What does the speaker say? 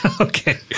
Okay